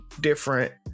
different